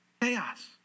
Chaos